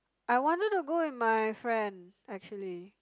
I wanted to go with my friend actually